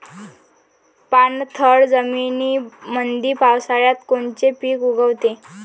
पाणथळ जमीनीमंदी पावसाळ्यात कोनचे पिक उगवते?